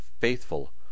faithful